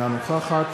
אינה נוכחת